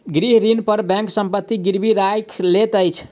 गृह ऋण पर बैंक संपत्ति गिरवी राइख लैत अछि